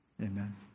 Amen